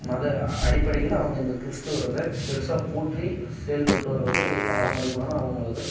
மத அடிப்படையில் அவங்க இந்த கிறிஸ்துவருத பெருசாக போற்றி செயல்பட்டு வரது பாரம்பரியமான அவங்க இது